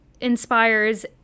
inspires